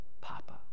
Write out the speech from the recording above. Papa